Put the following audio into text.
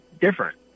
different